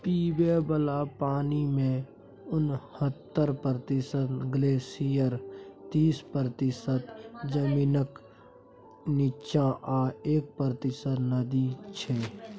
पीबय बला पानिमे उनहत्तर प्रतिशत ग्लेसियर तीस प्रतिशत जमीनक नीच्चाँ आ एक प्रतिशत नदी छै